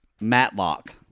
Matlock